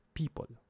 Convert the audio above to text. people